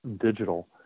digital